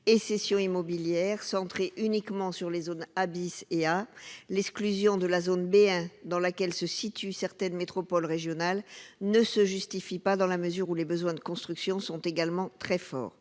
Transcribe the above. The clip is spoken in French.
cessions immobilières pour les seules zones A et A . L'exclusion de la zone B1, dont relèvent certaines métropoles régionales, ne se justifie pas, dans la mesure où les besoins de construction y sont également très forts.